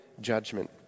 judgment